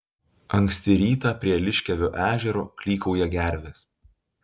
anksti rytą prie liškiavio ežero klykauja gervės